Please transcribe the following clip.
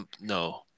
no